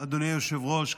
אדוני היושב-ראש,